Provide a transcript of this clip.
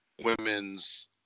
women's